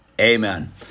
Amen